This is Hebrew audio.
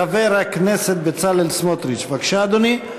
חבר הכנסת בצלאל סמוטריץ, בבקשה, אדוני,